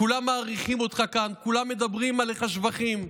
כולם מעריכים אותך כאן, כולם מספרים עליך שבחים.